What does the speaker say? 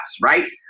Right